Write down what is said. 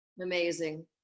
amazing